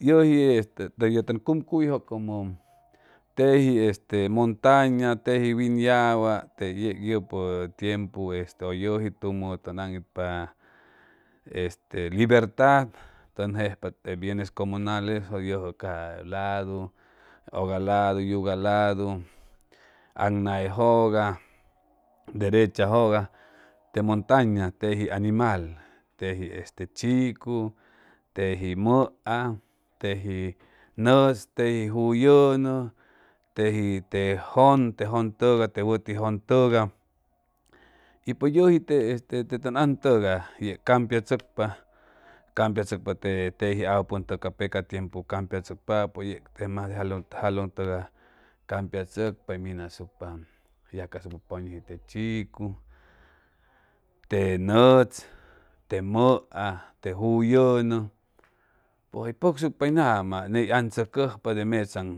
Yoji este ye long cumuyju teji este montaña teji wing yawa tec yec yepo tiempu este o yoji tumo long an’itpa este libertad long jepa bienes comungales jo joga ca lado oga lado yuga lado annaejoga derecho joga te montaña teji animal teji este chicu teji moat teji gats teji joyong teji, te long togay te woti jong togay pues yeji te joyong an togay yec campiatsocpa campiatsocpa teji apuyong ca peca tiempo campiatsocpapo yec te mas te jalong togay campiatsocpa mingasucpa tsacucupa puy ñuji te chicu te gats te moat te joyong y pos oy tsocupa et ngama yec on tsocupa de metsaong